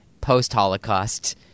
post-Holocaust